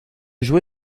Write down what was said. joué